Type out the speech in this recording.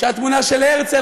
כשהתמונה של הרצל,